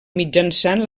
mitjançant